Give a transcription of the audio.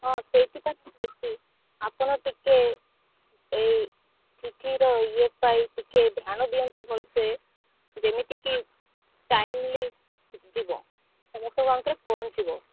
ହଁ ସେଇଥିପାଇଁ ତ କହୁଛି ଆପଣ ଟିକେ ଏଇ ଚିଠିର ଇଏ ପାଇଁ ଟିକେ ଧ୍ୟାନ ଦିଅନ୍ତୁ ଭଲସେ ଯେମିତି କି ଟାଇମ୍ଲି ଯିବ ସମସ୍ତଙ୍କ ପାଖରେ ପହଞ୍ଚିବ